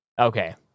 Okay